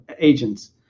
agents